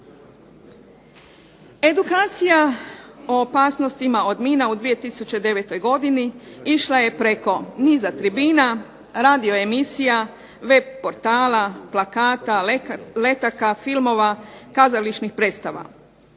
Edukacija o opasnostima od mina u 2009. godini išla je preko niza tribina, radioemisija, web portala, plakata, letaka, filmova, kazališnih predstava.